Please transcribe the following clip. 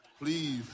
Please